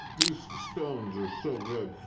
these scones are so good.